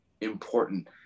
important